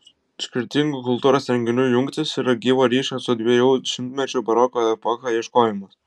skirtingų kultūros renginių jungtys yra gyvo ryšio su dviejų šimtmečių baroko epocha ieškojimas